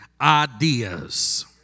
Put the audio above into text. ideas